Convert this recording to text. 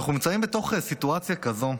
כשאנחנו נמצאים בתוך סיטואציה כזו,